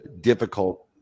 difficult